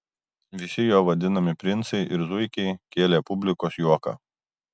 visi jo vaidinami princai ir zuikiai kėlė publikos juoką